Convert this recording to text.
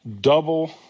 double